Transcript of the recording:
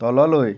তললৈ